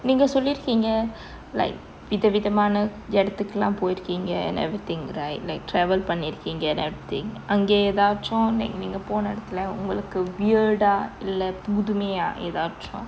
நீங்க சொல்லிருக்கீங்க:neenga sollirukinga like விதவிதமான எடத்துக்கெல்லாம் போயிருக்கிங்க:vithavithamana edathukkelam poyirukinga and everything right like travel பண்ணிருக்கீங்க:pannirukinga and everything அங்கே ஏதாச்சும் நீங்க போன இடத்துல உங்களுக்கு:ange ethaatchum neenga pona edatthule ungalukku weird ah இல்லை புதுமெய்யா ஏதாச்சும்:illai puthumeiya ethatchum